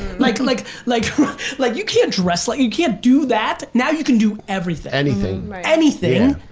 like and like like like you can't dress, like you can't do that. now you can do everything. anything. anything.